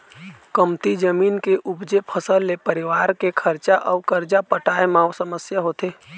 कमती जमीन के उपजे फसल ले परिवार के खरचा अउ करजा पटाए म समस्या होथे